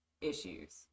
issues